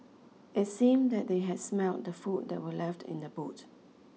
it seemed that they had smelt the food that were left in the boot